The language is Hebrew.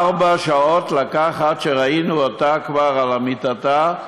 ארבע שעות לקח עד שראינו אותה כבר על מיטתה,